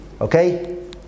Okay